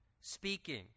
speaking